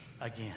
again